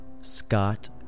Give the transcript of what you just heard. Scott